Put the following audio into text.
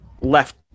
left